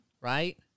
right